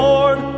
Lord